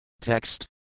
Text